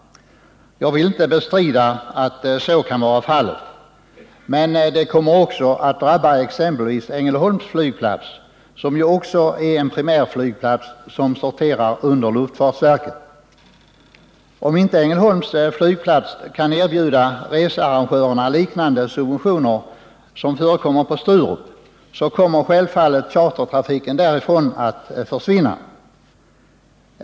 Jag vill inte bestrida att så kan vara fallet, men det kommer också att drabba exempelvis Ängelholms flygplats, som också är en primärflygplats som sorterar under luftfartsverket. Om inte Ängelholms flygplats kan erbjuda researrangörerna subventioner liknande dem som Sturup erbjuder, kommer chartertrafiken från Ängelholm självfallet att försvinna.